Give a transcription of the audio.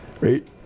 right